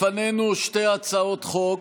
לפנינו שתי הצעות חוק.